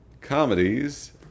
comedies